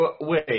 Wait